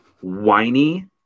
whiny